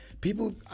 People